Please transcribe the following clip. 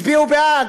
הם הצביעו בעד,